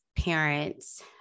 Parents